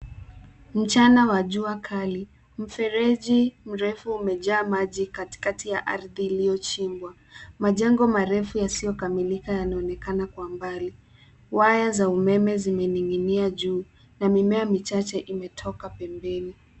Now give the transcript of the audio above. Mchana wa jua kali, mfereji mrefu umejaa maji katikati ya ardhi iliyochimbwa. Majengo marefu yasiyo kamilika yanaonekana kwa mbali, waya za umeme zimening'inia juu, na mimea michache imetoka pembeni.